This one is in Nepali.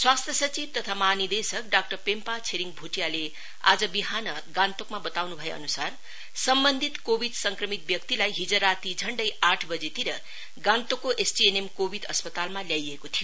स्वास्थ्य सचिव तथा महानिर्देशक डाक्टर पेम्पा छिरिङ भूटियाले आज विहान गान्तोकमा वताउन भएअनुसार वर्षीय सम्बन्धित कोविड संक्रमित व्यक्तिलाई हिज राती झण्डै आठ बजेतिर गान्तोकको एसटीएनएम कोविड अस्पतालमा ल्याइएको थियो